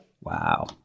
wow